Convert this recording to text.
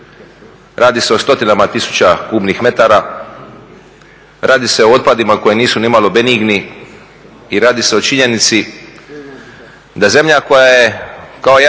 Radi se o stotinama tisuća kubnih metara, radi se o otpadima koji nisu nimalo benigni i radi se o činjenici da zemlja koja je kao jedan